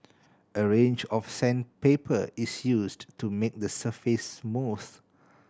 a range of sandpaper is used to make the surface smooth